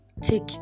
take